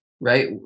right